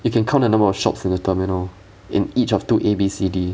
you can count the number of shops in the terminal in each of two A B C D